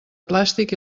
plàstic